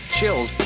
chills